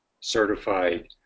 certified